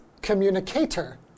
communicator